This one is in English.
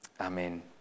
Amen